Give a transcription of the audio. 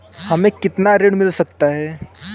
हमें कितना ऋण मिल सकता है?